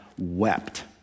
wept